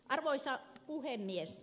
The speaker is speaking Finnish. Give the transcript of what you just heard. arvoisa puhemies